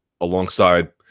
alongside